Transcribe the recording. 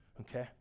okay